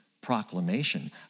proclamation